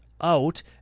out